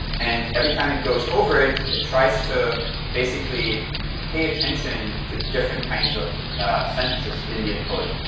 and every time it goes over it, it tries to basically pay attention to different kinds of sentences in the input.